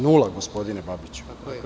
Nula gospodine Babiću.